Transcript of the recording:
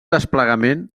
desplegament